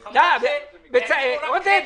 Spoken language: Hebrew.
עודד,